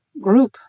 group